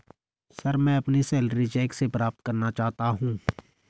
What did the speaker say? sir, मैं अपनी salary cheque से प्राप्त करना चाहता हूं